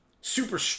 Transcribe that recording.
super